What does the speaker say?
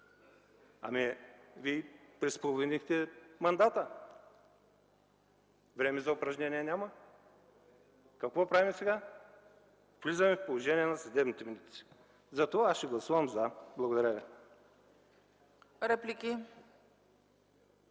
Ами, вие преполовихте мандата, време за упражнения няма. Какво правим сега? Влизаме в положението на съдебните медици. Затова аз ще гласувам „за”. Благодаря ви.